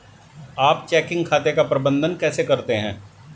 आप चेकिंग खाते का प्रबंधन कैसे करते हैं?